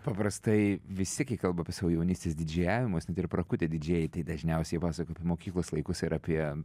paprastai visi gi kalba apie savo jaunystės didžėjavimus net ir prakutę didžėjai tai dažniausiai pasakoja apie mokyklos laikus ir apie